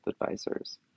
Advisors